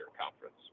Conference